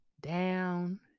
down